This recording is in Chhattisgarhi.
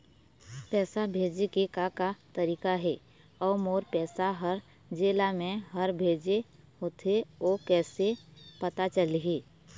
पैसा भेजे के का का तरीका हे अऊ मोर पैसा हर जेला मैं हर भेजे होथे ओ कैसे पता चलही?